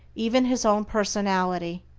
even his own personality,